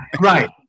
right